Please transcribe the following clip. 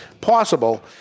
possible